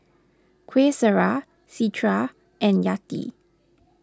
Qaisara Citra and Yati